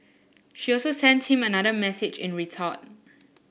she also sent him another message in retort